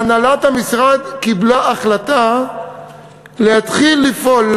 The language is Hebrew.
הנהלת המשרד קיבלה החלטה להתחיל לפעול,